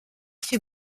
fait